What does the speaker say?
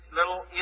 little